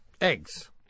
eggs